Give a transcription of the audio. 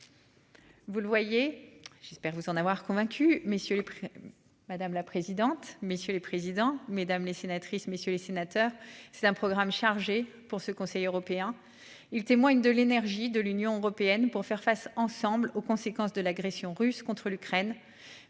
Vous le voyez j'espère vous en avoir convaincu messieurs les prix. Madame la présidente, messieurs les présidents, mesdames les sénatrices messieurs les sénateurs. C'est un programme chargé pour ce Conseil européen. Il témoigne de l'énergie de l'Union européenne pour faire face ensemble aux conséquences de l'agression russe contre l'Ukraine